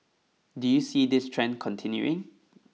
do you see this trend continuing